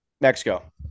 mexico